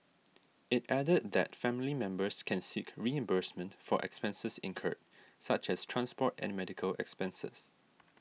it added that family members can seek reimbursement for expenses incurred such as transport and medical expenses